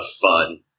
fun